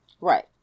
right